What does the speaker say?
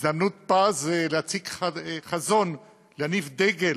הזדמנות פז להציג חזון, להניף דגל,